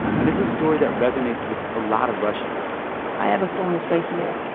and it's a story that resonates with a lot of russians i have a phone that's right here,